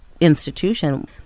institution